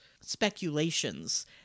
speculations